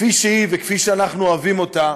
כפי שהיא וכפי שאנחנו אוהבים אותה,